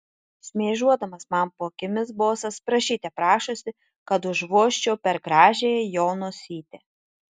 šmėžuodamas man po akimis bosas prašyte prašosi kad užvožčiau per gražiąją jo nosytę